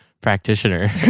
practitioner